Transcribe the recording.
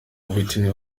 whitney